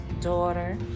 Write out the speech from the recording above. daughter